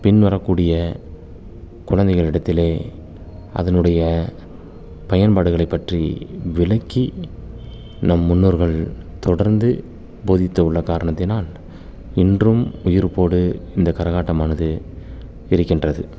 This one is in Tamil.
பின் வரக்கூடிய குழந்தைகளிடத்திலே அதனுடைய பயன்பாடுகளை பற்றி விளக்கி நம் முன்னோர்கள் தொடர்ந்து போதித்துள்ள காரணத்தினால் இன்றும் உயிர்ப்போடு இந்த கரகாட்டமானது இருக்கின்றது